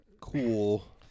Cool